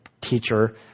teacher